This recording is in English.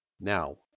now